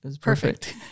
Perfect